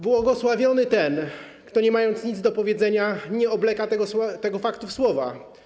Błogosławiony ten, kto nie mając nic do powiedzenia, nie obleka tego faktu w słowa”